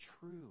true